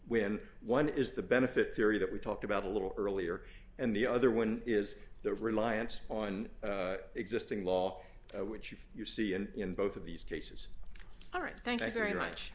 win one is the benefit theory that we talked about a little earlier and the other one is the reliance on existing law which if you see and in both of these cases all right thank you very much